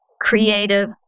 creative